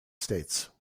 states